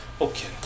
Okay